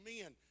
men